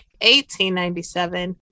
1897